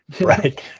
Right